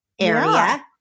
area